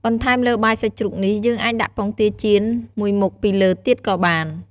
បន្ថែមលើបាយសាច់ជ្រូកនេះ យើងអាចដាក់ពងទាចៀនមួយមុខពីលើទៀតក៏បាន។